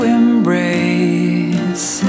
embrace